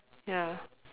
ya